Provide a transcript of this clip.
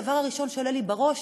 הדבר הראשון שעולה לי בראש